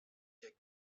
hier